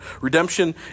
Redemption